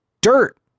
dirt